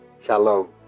Shalom